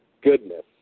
goodness